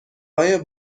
های